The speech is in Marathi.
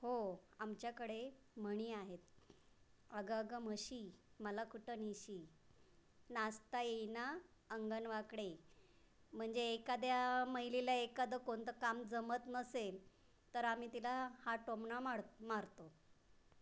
हो आमच्याकडे म्हणी आहेत अगं अगं म्हशी मला कुठं नेशी नाचता येईना अंगण वाकडे म्हणजे एकाद्या महिलेला एखादं कोणतं काम जमत नसेल तर आम्ही तिला हा टोमणा माड मारतो